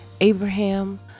Abraham